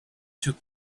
took